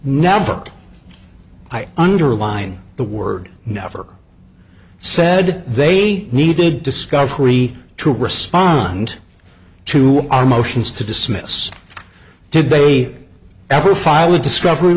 never i underline the word never said they needed discovery to respond to our motions to dismiss today ever file a discovery